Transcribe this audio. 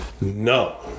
No